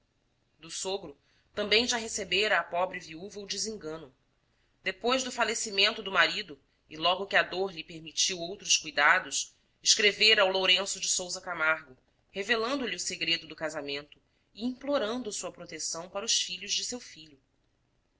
do sogro também já recebera a pobre viúva o desengano depois do falecimento do marido e logo que a dor lhe permitiu outros cuidados escrevera ao lourenço de sousa camargo revelando lhe o segredo do casamento e implorando sua proteção para os filhos de seu filho